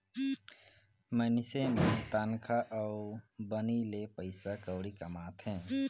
मइनसे मन तनखा अउ बनी ले पइसा कउड़ी कमाथें